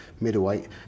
middleweight